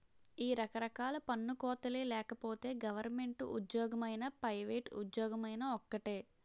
ఈ రకరకాల పన్ను కోతలే లేకపోతే గవరమెంటు ఉజ్జోగమైనా పైవేట్ ఉజ్జోగమైనా ఒక్కటే